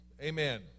Amen